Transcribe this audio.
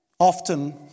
Often